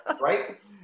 right